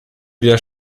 wieder